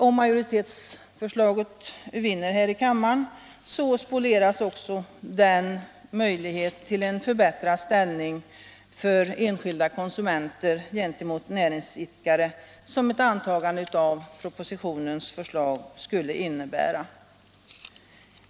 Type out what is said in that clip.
Om majoritetsförslaget vinner här i kammaren, spolieras också den möjlighet till förbättrad ställning för enskilda konsumenter gentemot näringsidkare som ett antagande av propositionens för slag skulle innebära.